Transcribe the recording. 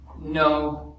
No